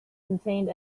contained